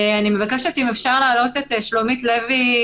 אני מבקשת אם אפשר להעלות את שלומית לוי,